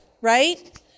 right